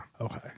Okay